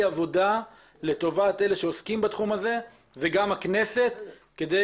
עבודה לטובת אלה שעוסקים בתחום הזה וגם הכנסת תדע כדי